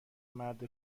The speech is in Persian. مرد